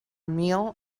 meal